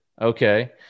okay